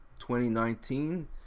2019